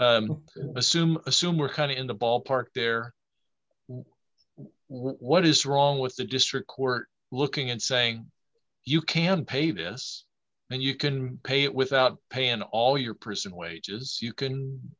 assume assume we're kind of in the ballpark there what is wrong with the district court looking and saying you can pay this and you can pay it without paying all your prison wages you can